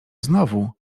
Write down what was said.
znowu